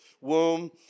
womb